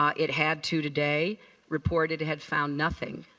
um it had to today report it it had found nothing,